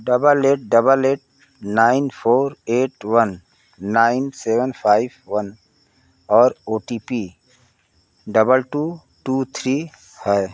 double eight double eight nine four eight one nine seven five one और O T P double two two three है